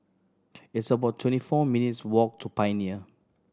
it's about twenty four minutes' walk to Pioneer